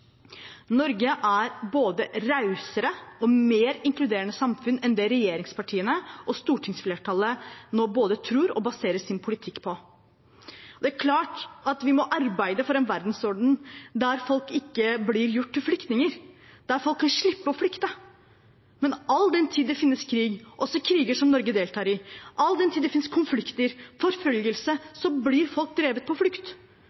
Norge er både et rausere og mer inkluderende samfunn enn det regjeringspartiene og stortingsflertallet nå både tror og baserer sin politikk på. Det er klart at vi må arbeide for en verdensorden der folk ikke blir gjort til flyktninger, der folk kan slippe å flykte. Men all den tid det finnes krig, også kriger som Norge deltar i, all den tid det finnes konflikter, forfølgelse, blir folk drevet på flukt.